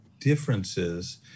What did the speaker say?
differences